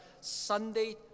Sunday